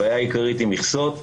הבעיה העיקרית היא מכסות,